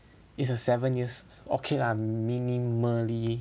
it's a seven years okay lah minimally